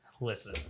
listen